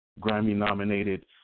Grammy-nominated